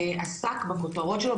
עסק בכותרות שלו,